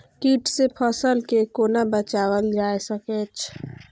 कीट से फसल के कोना बचावल जाय सकैछ?